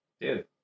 dude